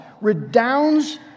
redounds